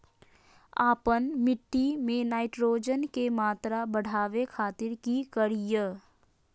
आपन मिट्टी में नाइट्रोजन के मात्रा बढ़ावे खातिर की करिय?